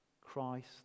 Christ